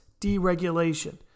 deregulation